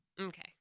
Okay